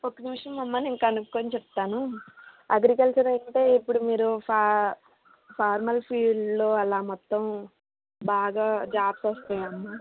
ఒక నిమిషం అమ్మ నేను కనుకొని చెప్తాను అగ్రికల్చర్ అయితే ఇప్పుడు మీరు ఫా ఫార్మర్ ఫీల్డ్లో అలాగ మొత్తం బాగా జాబ్స్ వస్తాయ్ అమ్మ